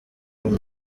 ngo